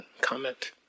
comment